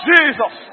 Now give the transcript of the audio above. Jesus